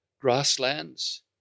grasslands